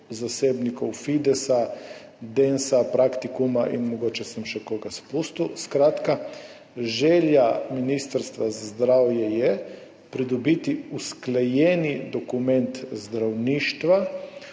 zasebnikov, FIDES, DENS, Praktikuma in mogoče sem še koga izpustil. Skratka, želja Ministrstva za zdravje je pridobiti usklajen dokument zdravništva